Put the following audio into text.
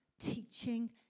teaching